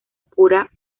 pura